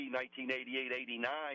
1988-89